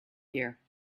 here